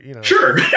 Sure